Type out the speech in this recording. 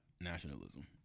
nationalism